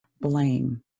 Blame